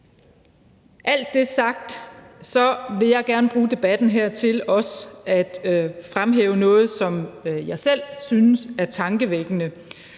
alt det er sagt, vil jeg gerne bruge debatten her til også at fremhæve noget, som jeg selv synes er tankevækkende,